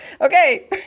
Okay